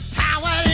power